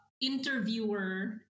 interviewer